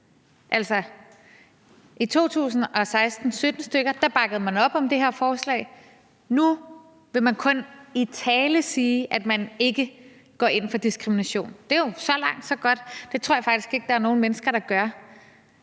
i 2016-17 bakkede man op om det her forslag, og nu vil man kun i tale sige, at man ikke går ind for diskrimination. Så langt, så godt. Det tror jeg faktisk ikke der er nogen mennesker der gør.